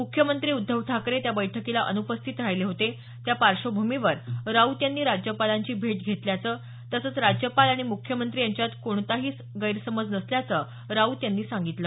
मुख्यमंत्री उद्धव ठाकरे त्या बैठकीला अनुपस्थित राहिले होते त्या पार्श्वभूमीवर राऊत यांनी राज्यपालांची भेट घेतल्याचं तसंच राज्यपाल आणि मुख्यमंत्री यांच्यात कोणताही नसल्याचं संजय राऊत यांनी सांगितलं